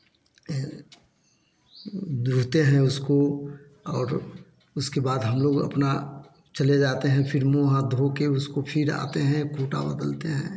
दुहते हैं उसको और उसके बाद हम लोग अपना चले जाते है फिर मुँह हाथ धोकर उसको फिर आते हैं खूटा बदलते हैं